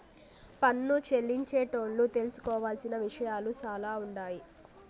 పన్ను చెల్లించేటోళ్లు తెలుసుకోవలసిన విషయాలు సాలా ఉండాయి